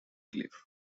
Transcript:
cliff